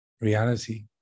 reality